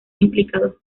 implicados